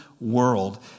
world